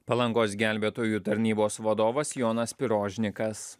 palangos gelbėtojų tarnybos vadovas jonas pirožnikas